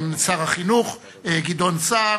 שר החינוך גדעון סער,